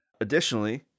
additionally